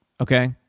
Okay